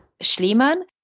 Schliemann